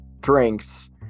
drinks